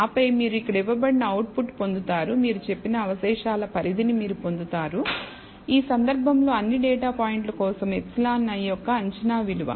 ఆపై మీరు ఇక్కడ ఇవ్వబడిన అవుట్పుట్ పొందుతారు మీరు చెప్పిన అవశేషాల పరిధిని మీరు పొందుతారు ఈ సందర్భంలో అన్ని డేటా పాయింట్ల కోసం εi యొక్క అంచనా విలువ